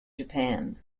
japan